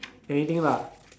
anything lah